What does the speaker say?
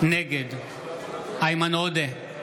נגד איימן עודה,